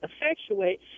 effectuate